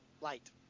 light